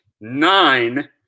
nine